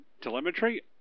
telemetry